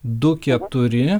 du keturi